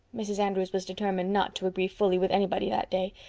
mrs. andrews was determined not to agree fully with anybody that day.